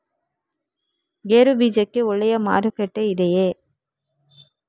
ಗೇರು ಬೀಜಕ್ಕೆ ಒಳ್ಳೆಯ ಮಾರುಕಟ್ಟೆ ಇದೆಯೇ?